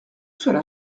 cela